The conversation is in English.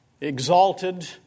exalted